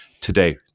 Today